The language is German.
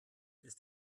ist